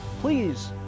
please